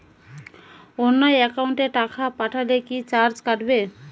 অন্য একাউন্টে টাকা পাঠালে কি চার্জ কাটবে?